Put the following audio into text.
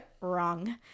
wrong